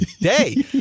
day